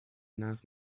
nice